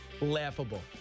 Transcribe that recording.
laughable